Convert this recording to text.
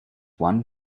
one